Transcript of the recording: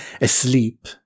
asleep